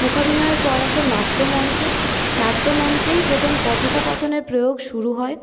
মূকাভিনয়ের পর আসে নাট্যমঞ্চ নাট্যমঞ্চেই প্রথম কথোপকথনের প্রয়োগ শুরু হয়